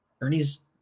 Ernie's